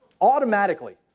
Automatically